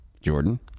Jordan